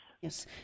Yes